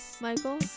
Michael